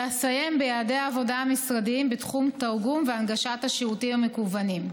ואסיים ביעדי העבודה המשרדיים בתחום תרגום והנגשת השירותים המקוונים.